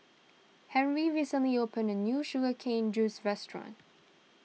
Harley recently opened a new Sugar Cane Juice restaurant